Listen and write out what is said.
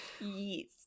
Yes